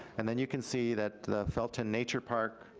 and then you can see that the felton nature park